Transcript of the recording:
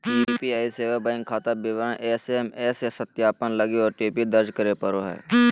UPI सेवा bank खाता विवरण एस.एम.एस सत्यापन लगी ओ.टी.पी दर्ज करे पड़ो हइ